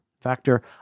Factor